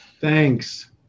Thanks